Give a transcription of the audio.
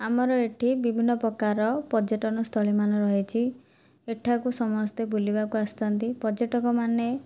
ଆମର ଏଠି ବିଭିନ୍ନ ପ୍ରକାର ପର୍ଯ୍ୟଟନସ୍ଥଳୀ ମାନ ରହିଛି ଏଠାକୁ ସମସ୍ତେ ବୁଲିବାକୁ ଆସିଥାନ୍ତି ପର୍ଯ୍ୟଟକମାନେ